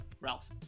ralph